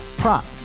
Prop